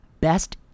best